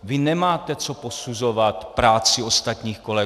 Vy nemáte co posuzovat práci ostatních kolegů!